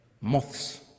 Moths